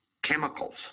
chemicals